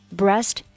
breast